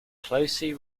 closely